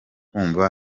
kumva